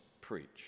preach